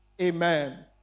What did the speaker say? Amen